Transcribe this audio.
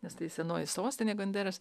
nes tai senoji sostinė gonderas